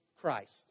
Christ